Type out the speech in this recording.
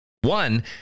One